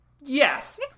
Yes